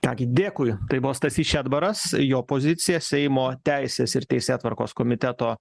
ką gi dėkui tai buvo stasys šedbaras jo pozicija seimo teisės ir teisėtvarkos komiteto